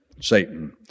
Satan